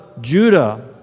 Judah